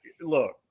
look